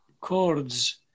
chords